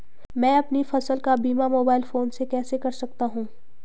मैं अपनी फसल का बीमा मोबाइल फोन से कैसे कर सकता हूँ?